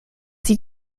sie